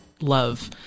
love